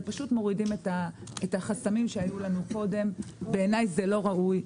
זה פשוט מורידים את החסמים שהיו לנו קודם ובעיני זה לא ראוי.